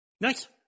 Nice